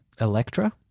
Electra